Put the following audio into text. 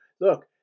Look